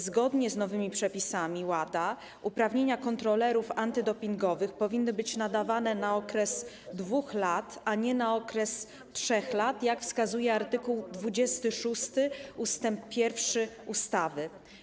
Zgodnie z nowymi przepisami WADA uprawnienia kontrolerów antydopingowych powinny być nadawane na okres 2 lat, a nie na okres 3 lat, jak wskazuje art. 26 ust. 1 ustawy.